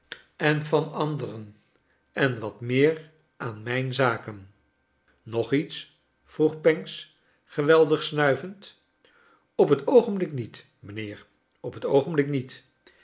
en van anderen en wat meer aan mijn zaken nog iets vroeg pancks geweldig snuivend op het oogenblik niet mijnheer op het oogenblik niet